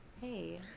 Hey